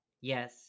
Yes